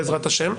בעזרת השם.